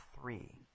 three